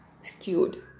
skewed